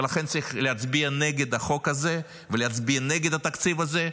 ולכן צריך להצביע נגד החוק הזה ולהצביע נגד התקציב הזה,